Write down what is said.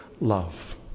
love